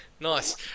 Nice